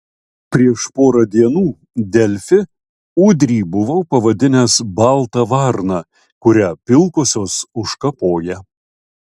prieš porą dienų delfi udrį buvau pavadinęs balta varna kurią pilkosios užkapoja